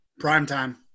Primetime